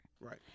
Right